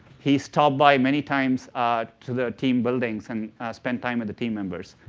he stopped by many times to the team buildings and spent time with the team members.